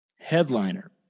headliner